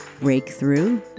breakthrough